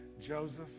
Joseph